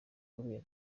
kubera